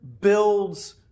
builds